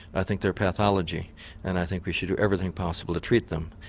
i think they are pathology and i think we should do everything possible to treat them.